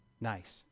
Nice